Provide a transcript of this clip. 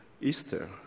Easter